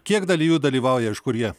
kiek dalyvių dalyvauja iš kur jie